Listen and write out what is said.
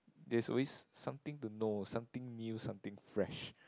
there's always something to know something new something fresh